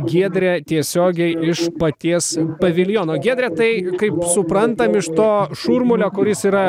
giedrę tiesiogiai iš paties paviljono giedre tai kaip suprantam iš to šurmulio kuris yra